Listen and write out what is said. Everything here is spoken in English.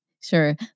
Sure